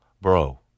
Bro